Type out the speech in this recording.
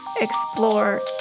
explore